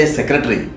Secretary